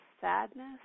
sadness